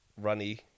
runny